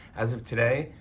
as of today,